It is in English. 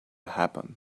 happen